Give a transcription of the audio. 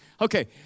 Okay